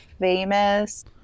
famous